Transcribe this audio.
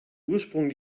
ursprung